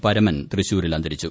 പരമൻ തൃശ്ൂരിൽ അന്തരിച്ചു